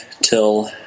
till